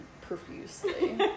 profusely